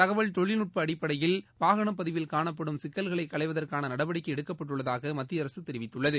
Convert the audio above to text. தகவல் தொழில்நட்ப அடிப்படையில் வாகனப் பதிவில் காணப்படும் சிக்கல்களை களைவதற்கான நடவடிக்கை எடுக்கப்பட்டுள்ளதாக மத்திய அரசு தெரிவித்துள்ளது